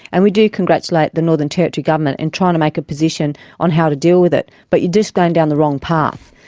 and we do congratulate the northern territory government in trying to make a position on how to deal with it, but you are just going down the wrong path.